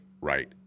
right